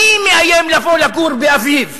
מי מאיים לבוא לגור באבי"ב